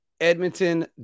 Edmonton